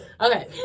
Okay